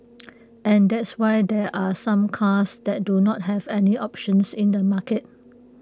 and that's why there are some cars that do not have any options in the market